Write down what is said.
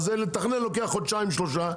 לתכנן לוקח חודשיים-שלושה,